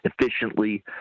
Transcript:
efficiently